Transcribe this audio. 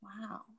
Wow